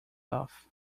off